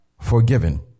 forgiven